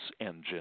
engine